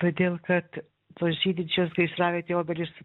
todėl kad tos žydinčios gaisravietėj obelys